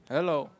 Hello